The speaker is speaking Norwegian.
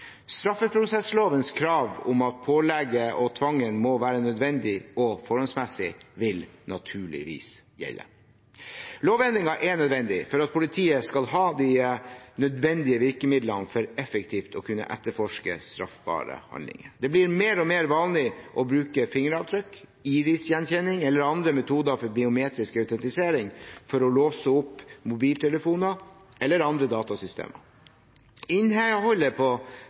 Straffeprosesslovens krav om at pålegget og tvangen må være nødvendig og forholdsmessig, vil naturligvis gjelde. Lovendringene er nødvendige for at politiet skal ha de nødvendige virkemidlene for effektivt å kunne etterforske straffbare handlinger. Det blir mer og mer vanlig å bruke fingeravtrykk, irisgjenkjenning eller andre metoder for biometrisk autentisering for å låse opp mobiltelefoner eller andre datasystemer.